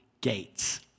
gates